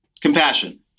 Compassion